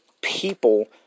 people